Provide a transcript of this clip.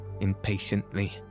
impatiently